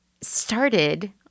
started